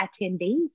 attendees